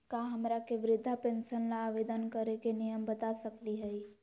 का हमरा के वृद्धा पेंसन ल आवेदन करे के नियम बता सकली हई?